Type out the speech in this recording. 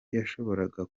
yashoboraga